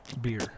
beer